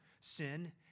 sin